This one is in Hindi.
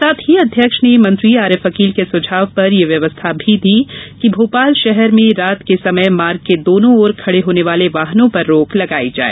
साथ ही अध्यक्ष ने मंत्री आरिफ अकील के सुझाव पर यह व्यवस्था भी दी है कि भोपाल शहर में रात के समय मार्ग के दोनों ओर खड़े होने वाले वाहनों पर रोक लगाई जाए